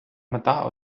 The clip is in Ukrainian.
мета